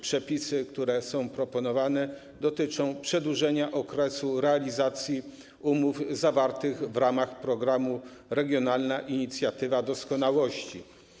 Przepisy, które są proponowane, dotyczą też przedłużenia okresu realizacji umów zawartych w ramach programu ˝Regionalna inicjatywa doskonałości˝